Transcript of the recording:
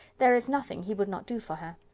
there is nothing he would not do for her.